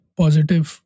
positive